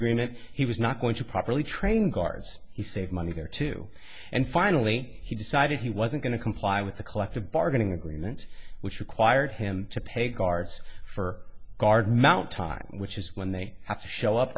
agreement he was not going to properly train guards he saved money there too and finally he decided he wasn't going to comply with the collective bargaining agreement which required him to pay guards for guard mount time which is when they